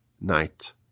night